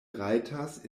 rajtas